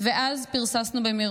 ואז פרססנו במהירות,